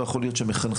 לא יכול להיות שמחנכים,